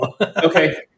Okay